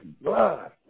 blood